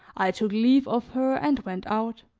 i took leave of her and went out.